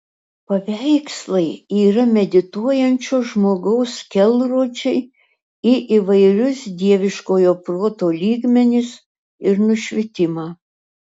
paveikslai yra medituojančio žmogaus kelrodžiai į įvairius dieviškojo proto lygmenis ir nušvitimą